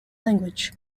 language